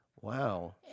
Wow